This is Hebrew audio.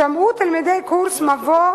שמעו תלמידי הקורס "מבוא